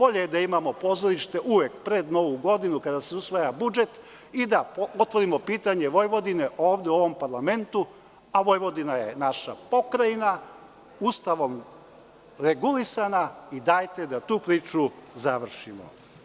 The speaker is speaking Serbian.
Bolje je da imamo pozorište uvek pred Novu godinu, kada se usvaja budžet, i da otvorimo pitanje Vojvodine ovde, u ovom Parlamentu, a Vojvodina je naša pokrajina Ustavom regulisana i dajte da tu priču završimo.